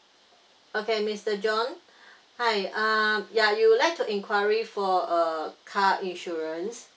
okay mister john hi uh ya you would like to enquiry for uh car insurance